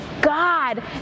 God